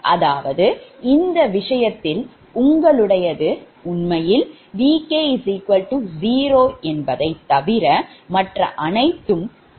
அதாவது இந்த விஷயத்தில் உங்களுடையது உண்மையில் Vk0 என்பதை தவர மற்ற அனைத்தும் அதே ஆகும்